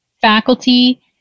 faculty